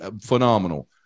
phenomenal